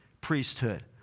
priesthood